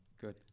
good